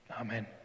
Amen